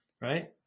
right